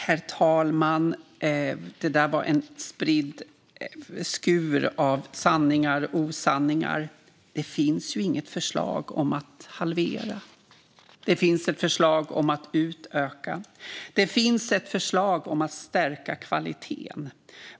Herr talman! Det där var spridda skurar av sanningar och osanningar. Det finns inget förslag om att halvera. Det finns ett förslag om att utöka. Det finns ett förslag om att stärka kvaliteten.